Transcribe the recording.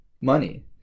money